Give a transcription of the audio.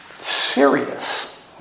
serious